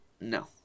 No